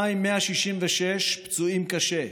2,166 פצועים קשה,